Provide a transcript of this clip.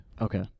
Okay